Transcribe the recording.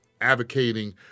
advocating